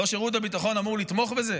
לא שירות הביטחון אמור לתמוך בזה?